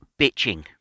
bitching